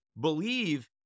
believe